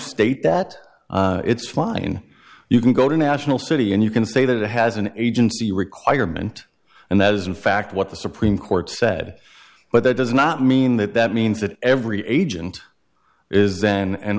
state that it's fine you can go to national city and you can say that it has an agency requirement and that is in fact what the supreme court said but that does not mean that that means that every agent is then an